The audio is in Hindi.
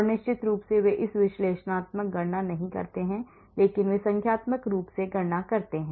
और निश्चित रूप से वे इस विश्लेषणात्मक गणना नहीं करते हैं लेकिन वे संख्यात्मक रूप से गणना करते हैं